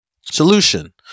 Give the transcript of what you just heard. Solution